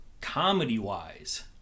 comedy-wise